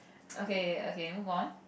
okay okay move on